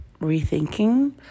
rethinking